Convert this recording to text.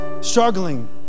struggling